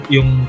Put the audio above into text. Yung